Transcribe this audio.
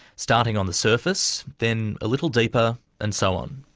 starting on the surface, then a little deeper, and so on.